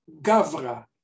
gavra